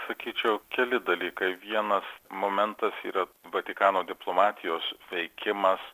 sakyčiau keli dalykai vienas momentas yra vatikano diplomatijos veikimas